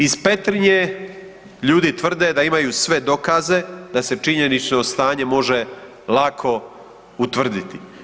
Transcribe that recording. Iz Petrinje ljudi tvrde da imaju sve dokaze, da se činjenično stanje može lako utvrditi.